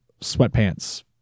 sweatpants